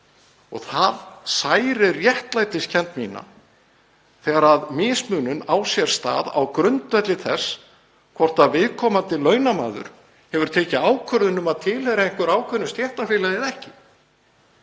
Það særir réttlætiskennd mína þegar mismunun á sér stað á grundvelli þess hvort viðkomandi launamaður hefur tekið ákvörðun um að tilheyra ákveðnu stéttarfélagi eða ekki.